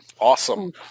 Awesome